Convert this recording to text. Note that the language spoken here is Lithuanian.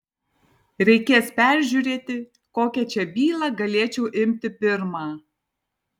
reikės peržiūrėti kokią čia bylą galėčiau imti pirmą